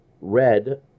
Red